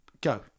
Go